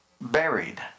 buried